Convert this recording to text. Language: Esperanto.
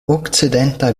okcidenta